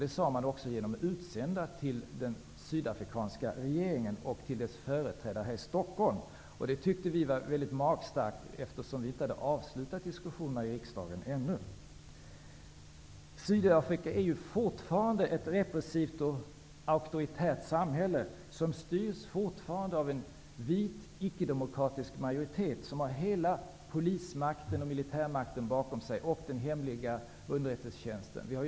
Detta sade utsända personer till den sydafrikanska regeringen och dessutom till dess företrädare här i Stockholm. Vi tyckte att detta var magstarkt, eftersom diskussionen i riksdagen inte var avslutad. Sydafrika är fortfarandet ett repressivt och auktoritärt samhälle som styrs av en vit ickedemokratisk regim som har hela polis och militärmakten och hemliga underrättelsetjänsten bakom sig.